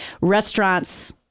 Restaurants